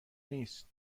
نیست